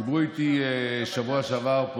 דיברו איתי פה בשבוע שעבר,